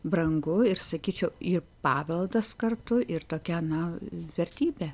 brangu ir sakyčiau ir paveldas kartu ir tokia na vertybė